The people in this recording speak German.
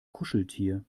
kuscheltier